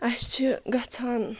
اَسہِ چھِ گژھان